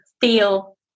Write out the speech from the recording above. feel